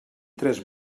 tres